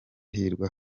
hirwa